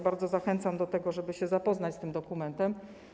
Bardzo zachęcam do tego, żeby się zapoznać z tym dokumentem.